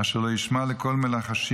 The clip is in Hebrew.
אשר לא ישמע לקול מלחשים